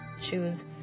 choose